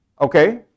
Okay